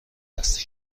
دست